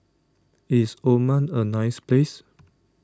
is Oman a nice place